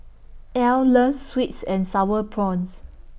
Ell loves Sweet and Sour Prawns